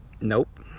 Nope